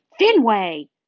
Finway